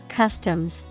customs